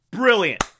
Brilliant